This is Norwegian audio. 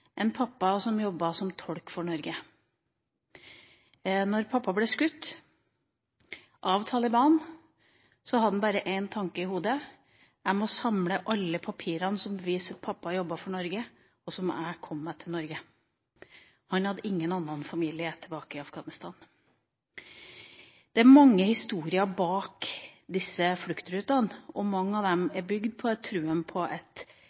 en pappa som jobbet som tolk for Norge. Da pappaen ble skutt av Taliban, hadde han bare én tanke i hodet: Jeg må samle alle papirene som viste at pappa jobbet for Norge, og så må jeg komme meg til Norge. Han hadde ingen annen familie tilbake i Afghanistan. Det er mange historier bak en flukt, og mange av dem